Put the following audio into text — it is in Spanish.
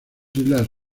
islas